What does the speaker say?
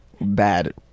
bad